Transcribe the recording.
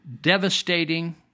devastating